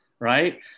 right